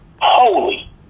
Holy